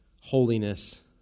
Holiness